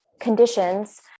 conditions